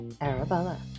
Arabella